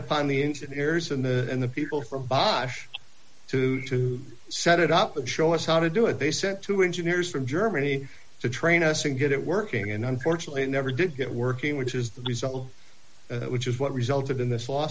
upon the engineers and the and the people from bosh to to set it up and show us how to do it they sent two engineers from germany to train us to get it working and unfortunately it never did get working which is the result which is what resulted in this law